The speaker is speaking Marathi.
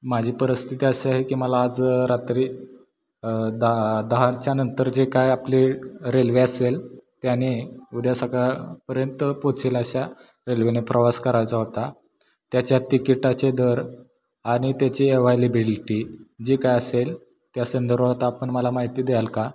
माझी परिस्थिती असं आहे की मला आज रात्री दहा दहाच्यानंतर जे काय आपले रेल्वे असेल त्याने उद्या सकाळपर्यंत पोचेल अशा रेल्वेने प्रवास करायचा होता त्याच्या तिकिटाचे दर आणि त्याची अवायलेबिलिटी जी काय असेल त्या संदर्भात आपण मला माहिती द्याल का